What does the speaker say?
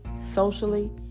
socially